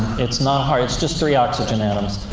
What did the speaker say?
it's not hard it's just three oxygen atoms.